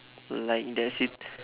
like the sit~